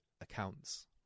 accounts